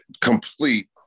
complete